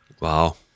Wow